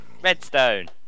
Redstone